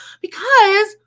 because-